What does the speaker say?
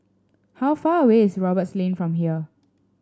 how far away is Roberts Lane from here